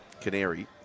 Canary